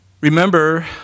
Remember